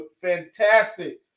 fantastic